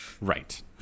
Right